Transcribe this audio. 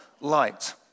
light